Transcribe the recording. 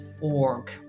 org